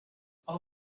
all